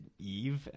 Eve